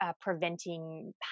preventing